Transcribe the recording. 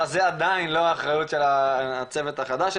זה עדיין לא האחריות של הצוות החדש שנכנס,